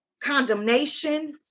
condemnation